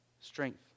strength